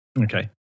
Okay